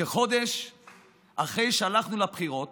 כחודש אחרי שהלכנו לבחירות,